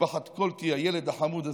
משפחת קולטי, הילד החמוד הזה,